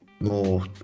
more